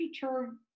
term